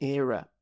era